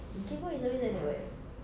gay boy is always like that [what]